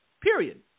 Period